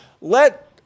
let